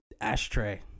Ashtray